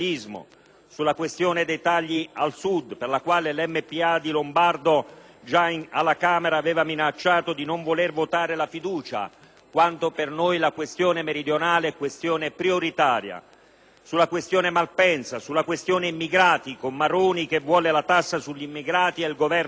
sulla questione dei tagli al Sud, per la quale l'MPA di Lombardo già alla Camera aveva minacciato di non volere votare la fiducia (mentre per noi la questione meridionale è questione prioritaria), sulla questione Malpensa, sulla questione immigrati, con Maroni che vuole la tassa sugli immigrati e il Governo che